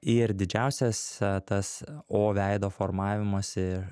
ir didžiausias tas o veido formavimosi